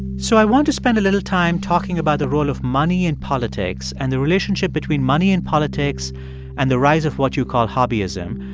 so i want to spend a little time talking about the role of money in politics and the relationship between money and politics and the rise of what you call hobbyism.